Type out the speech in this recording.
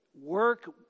Work